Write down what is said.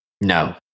No